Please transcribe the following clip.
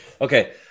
Okay